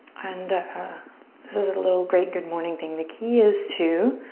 and this is a little great good morning thing. the key is to